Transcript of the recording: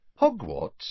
Hogwarts